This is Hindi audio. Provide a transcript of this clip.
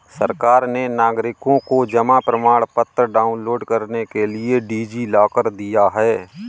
सरकार ने नागरिकों को जमा प्रमाण पत्र डाउनलोड करने के लिए डी.जी लॉकर दिया है